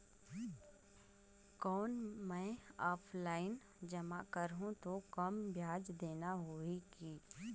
कौन मैं ऑफलाइन जमा करहूं तो कम ब्याज देना होही की?